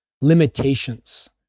limitations